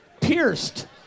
pierced